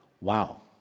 Wow